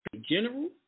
general